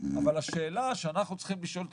אבל השאלה שאנחנו צריכים לשאול את